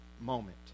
moment